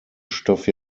stoff